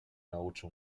nauczył